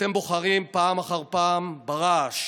אתם בוחרים פעם אחר פעם ברעש.